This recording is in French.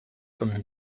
comme